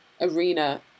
arena